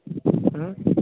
ହୁଁ